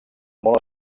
molt